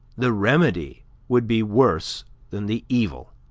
the remedy would be worse than the evil.